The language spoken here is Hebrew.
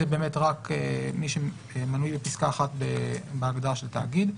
באמת רק מי שמנוי בפסקה אחת בהגדרה של תאגיד.